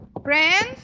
Friends